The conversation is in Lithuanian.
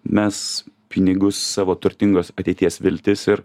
mes pinigus savo turtingos ateities viltis ir